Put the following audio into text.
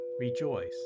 Rejoice